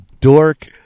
dork